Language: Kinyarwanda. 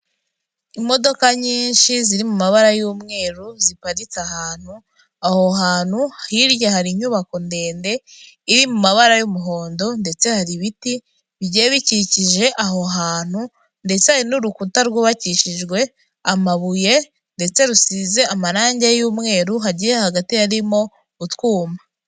Imodoka nyinshi ziri mu mabara y'umweru ziparitse ahantu, aho hantu hirya hari inyubako ndende iri mu mabara y'umuhondo ndetse hari ibiti bigiye bikikije aho hantu ndetse n'urukuta rwubakishijwe amabuye ndetse rusize amarangi y'umweru hagiye hagati harimo utwuma.